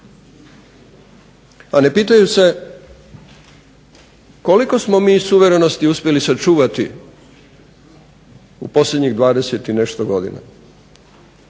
a ne pitaju se koliko smo mi suverenosti uspjeli sačuvati u posljednjih 20 i nešto godina.